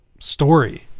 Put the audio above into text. story